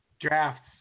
drafts